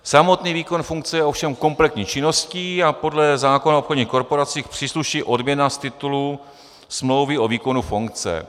Samotný výkon funkce je ovšem kompletní činností a podle zákona o obchodních korporacích přísluší odměna z titulu smlouvy o výkonu funkce.